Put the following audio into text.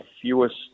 fewest